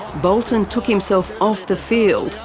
bolton took himself off the field.